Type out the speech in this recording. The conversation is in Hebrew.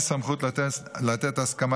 לאומנים באומנת חירום אין סמכות לתת הסכמה